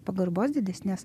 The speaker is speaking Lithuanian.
pagarbos didesnės